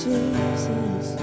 Jesus